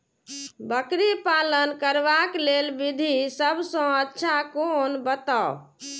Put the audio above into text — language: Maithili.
बकरी पालन करबाक लेल विधि सबसँ अच्छा कोन बताउ?